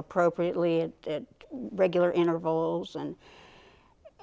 appropriately regular intervals and